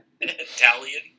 Italian